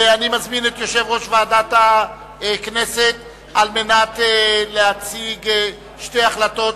ואני מזמין את יושב-ראש ועדת הכנסת להציג שתי החלטות,